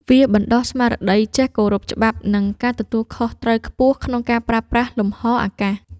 វាបណ្ដុះស្មារតីចេះគោរពច្បាប់ និងការទទួលខុសត្រូវខ្ពស់ក្នុងការប្រើប្រាស់លំហអាកាស។